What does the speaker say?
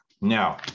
Now